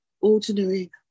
ordinary